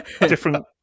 Different